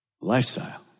lifestyle